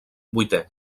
vuitè